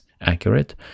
accurate